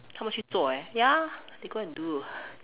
他们去做 eh ya they go and do